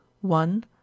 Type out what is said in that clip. one